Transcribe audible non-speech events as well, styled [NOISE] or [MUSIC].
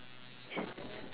[LAUGHS]